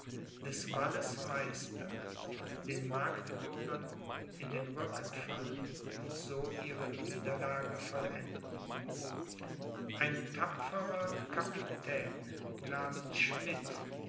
des walles meister den magdeburgern in den rücken fallen und so ihre niederlage vollenden ein tapferer capitän namens schmidt